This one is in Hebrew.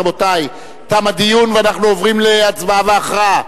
רבותי, תם הדיון ואנחנו עוברים להצבעה והכרעה.